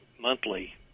monthly